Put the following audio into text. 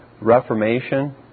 Reformation